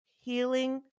healing